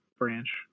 branch